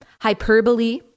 hyperbole